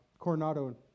Coronado